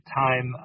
time